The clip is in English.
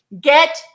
get